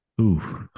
Oof